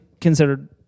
considered